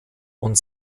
und